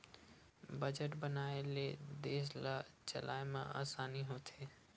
budget बनाए ले देस ल चलाए म असानी होथे